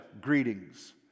greetings